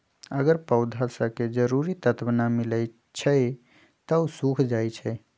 अगर पौधा स के जरूरी तत्व न मिलई छई त उ सूख जाई छई